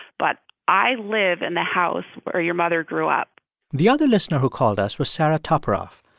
but i live in the house where your mother grew up the other listener who called us was sarah toperav.